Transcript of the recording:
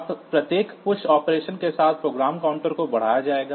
अब प्रत्येक push operation के साथ प्रोग्राम काउंटर को बढ़ाया जाएगा